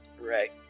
Right